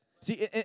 See